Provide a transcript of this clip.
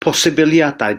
posibiliadau